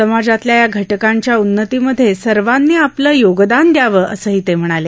समाजातल्या या घटकांच्या उन्नतीमधे सर्वांनी आपलं योगदान दयाव असंही ते म्हणाले